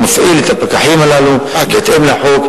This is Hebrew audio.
הוא מפעיל את הפקחים הללו בהתאם לחוק